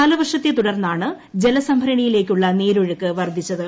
കാലവർഷത്തെ തുടർന്നാണ്ജലസംഭരണിയിലേക്കുള്ള നീരൊഴുക്ക് വർദ്ധിച്ചത്